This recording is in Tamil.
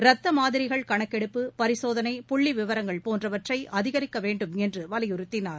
இரத்தமாதிரிகள் கணக்கெடுப்பு பரிசோதனை புள்ளிவிவரங்கள் போன்றவற்றைஅதிகரிக்கவேண்டும் என்றுவலியுறுத்தினார்